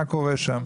מה קורה שם.